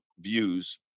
views